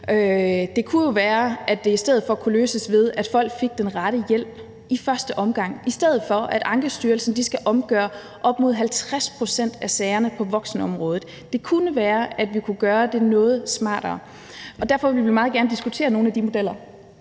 Det kunne jo være, at det i stedet for kunne løses ved, at folk fik den rette hjælp i første omgang, i stedet for at Ankestyrelsen skal omgøre op imod 50 pct. at sagerne på voksenområdet. Det kunne være, at vi kunne gøre det noget smartere. Derfor vil vi meget gerne diskutere nogle af de modeller.